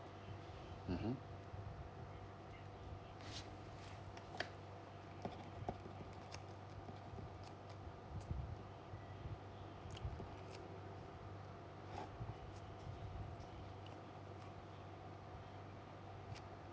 mmhmm